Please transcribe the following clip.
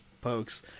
pokes